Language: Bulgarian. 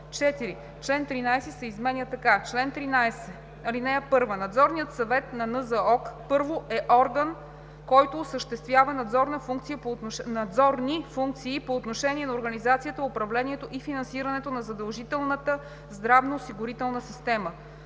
Чл. 13 се изменя така: „Чл. 13. (1) Надзорният съвет на НЗОК: 1. е орган, който осъществява надзорни функции по отношение организацията, управлението и финансирането на задължителната здравноосигурителна система;